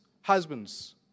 husbands